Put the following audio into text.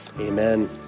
Amen